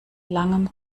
langem